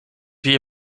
wie